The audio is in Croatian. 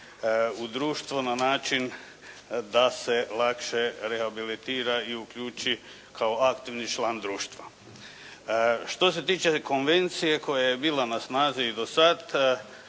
u društvo na način da se lakše rehabilitira i uključi kao aktivni član društva. Što se tiče konvencije koja je bila na snazi i do sada